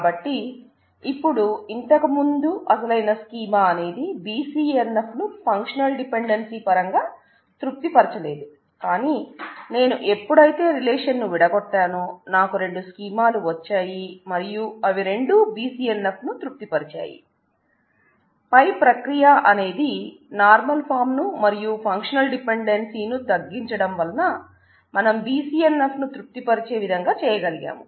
కాబట్టి ఇపుడు ఇంతకు ముందు అసలైన స్కీమా అనేది BCNF ను ఫంక్షనల్ డిపెండెన్సీ ను మరియు ఫంక్షనల్ డిపెండెన్సీ ను తగ్గించటం వలన మనం BCNF ను తృప్తి పరిచే విధంగా చేయగలిగాం